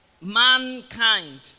mankind